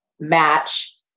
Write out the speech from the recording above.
match